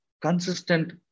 consistent